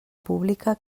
pública